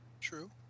true